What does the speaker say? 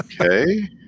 Okay